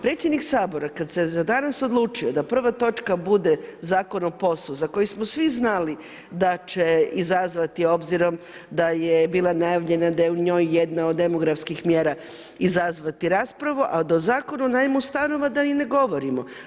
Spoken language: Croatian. Predsjednik Sabora kad se za danas odlučio da prva točka bude Zakon o POS-u za koji smo svi znali da će izazvati obzirom da je bila najavljena da je u njoj jedna od demografskih mjera, izazvati raspravu a da o Zakonu o najmu stanova da i ne govorimo.